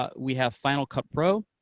but we have final cut pro.